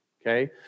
Okay